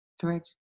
Correct